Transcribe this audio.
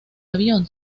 avión